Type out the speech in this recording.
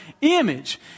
image